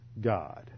God